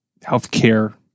healthcare